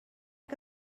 que